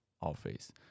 office